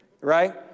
right